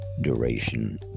duration